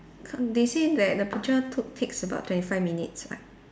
they say that the picture took takes about twenty five minutes uh